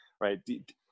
right